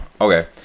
Okay